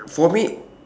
for me